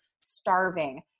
starving